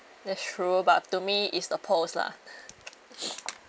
that's true but to me is the pearls lah